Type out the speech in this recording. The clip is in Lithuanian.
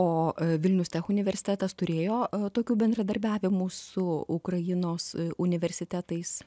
o vilnius universitetas turėjo tokių bendradarbiavimų su ukrainos universitetais